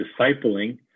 discipling